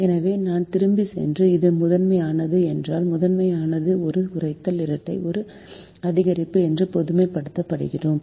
எனவே நான் திரும்பிச் சென்று இது முதன்மையானது என்றால் முதன்மையானது ஒரு குறைத்தல் இரட்டை ஒரு அதிகரிப்பு என்று பொதுமைப்படுத்துகிறோம்